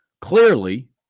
clearly –